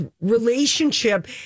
relationship